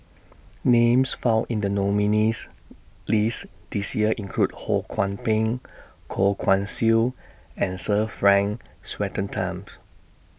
Names found in The nominees' list This Year include Ho Kwon Ping Goh Guan Siew and Sir Frank